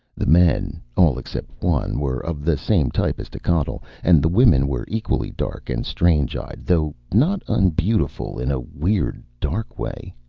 the men, all except one, were of the same type as techotl, and the women were equally dark and strange-eyed, though not unbeautiful in a weird dark way.